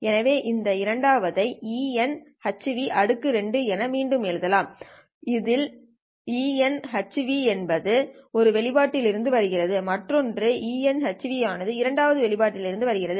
எனவே இந்த இரண்டாவதை eηhν2 என மீண்டும் எழுதலாம் ஒரு eηhν ஆனது ஒரு வெளிப்பாட்டிலிருந்து வருகிறது மற்றொன்று eηhν ஆனது இரண்டாவது வெளிப்பாட்டிலிருந்து வருகிறது